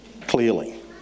clearly